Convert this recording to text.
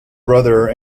brother